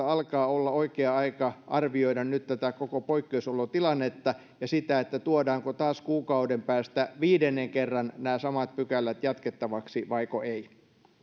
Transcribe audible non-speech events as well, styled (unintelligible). (unintelligible) alkaa olla oikea aika arvioida nyt tätä koko poikkeusolotilannetta ja sitä tuodaanko taas kuukauden päästä viidennen kerran nämä samat pykälät jatkettavaksi vaiko ei